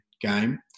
game